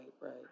right